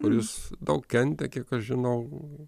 kuris daug kentė kiek aš žinau